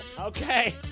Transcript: Okay